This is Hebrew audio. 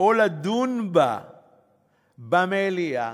או לדון בו במליאה,